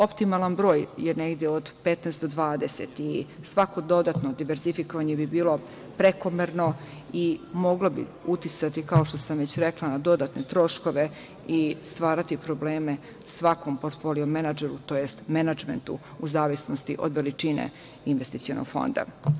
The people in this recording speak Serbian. Optimalan broj je negde od 15 do 20 i svako dodatno diverzifikovanje bi bilo prekomerno i moglo bi uticati, kao što sam već rekla, na dodatne troškove i stvarati probleme svakom portfoliju menadžeru, tj. menadžmentu, u zavisnosti od veličine investicionog fonda.